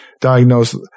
diagnose